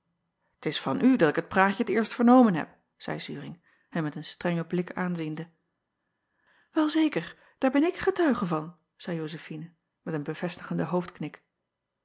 t s van u dat ik het praatje t eerst vernomen heb zeî uring hem met een strengen blik aanziende el zeker daar ben ik getuige van zeî ozefine met een bevestigende